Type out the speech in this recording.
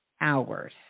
hours